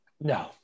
no